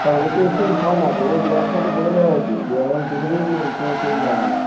তা ও তো এক্সচেঞ্জ হয় না তো ও দেওয়ার সময় তো বলে দেওয়া হয়েছে গিয়ে একবার দেখে নিন ও কোনো চেঞ্জ হবে না